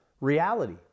reality